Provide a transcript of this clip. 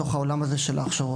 בתוך העולם הזה של ההכשרות.